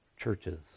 churches